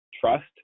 trust